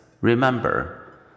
remember